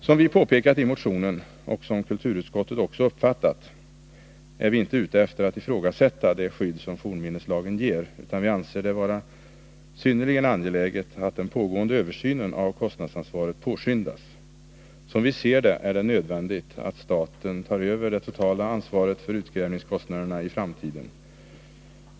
Som vi har påpekat i motionen, och kulturutskottet har också uppfattat det så, är vi inte ute efter att ifrågasätta det skyd.' som fornminneslagen ger, men vi anser det vara synnerligen angeläget att den pågående översynen av kostnadsansvaret påskyndas. Som vi ser det är det nödvändigt att staten tar det totala kostnadsansvaret för utgrävningarna i framtiden.